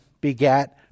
begat